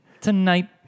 Tonight